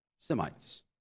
Semites